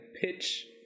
pitch